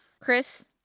Chris